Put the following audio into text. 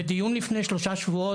ובדיון לפני שלושה שבועות,